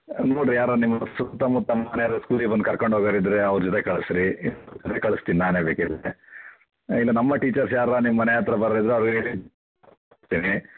ನೋಡಿರಿ ಯಾರಾರ್ ನಿಮ್ಮ ಸುತ್ತಮುತ್ತ ಮನೇವ್ರು ಸ್ಕೂಲಿಗೆ ಬಂದು ಕರ್ಕಂಡು ಹೋಗೋವ್ರಿದ್ರೆ ಅವ್ರ ಜೊತೆ ಕಳಿಸ್ರಿ ಕಳ್ಸ್ತೀನಿ ನಾನೇ ಬೇಕಿದ್ದರೆ ಇಲ್ಲ ನಮ್ಮ ಟೀಚರ್ಸ್ ಯಾರಾರೂ ನಿಮ್ಮ ಮನೆ ಹತ್ತಿರ ಬರೋರಿದ್ರೆ ಅವ್ರಿಗೆ ಹೇಳಿ